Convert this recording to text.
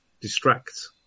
distract